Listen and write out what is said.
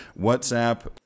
WhatsApp